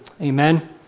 Amen